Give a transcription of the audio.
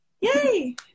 Yay